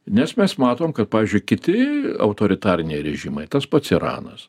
nes mes matom kad pavyzdžiui kiti autoritariniai režimai tas pats iranas